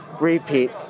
Repeat